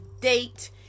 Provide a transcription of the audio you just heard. date